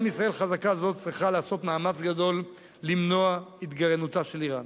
גם ישראל חזקה זו צריכה לעשות מאמץ גדול למנוע את התגרענותה של אירן.